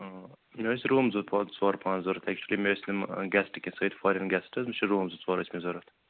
مےٚ حظ چھِ روٗم ضروٗرت زٕ پانٛژ زٕ ژور پانٛژ ضروٗرت ایٚکچُؤلی مےٚ ٲسۍ یِم گیٚسٹٕس سٍتۍ فاریٚن گیٚسٹٕس مےٚ ٲسۍ روٗم زٕ ژور ٲسۍ مےٚ ضروٗرت